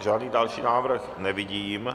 Žádný další návrh nevidím.